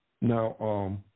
Now